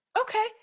Okay